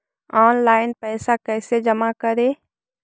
Online पैसा कैसे जमा करे?